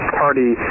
party